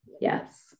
Yes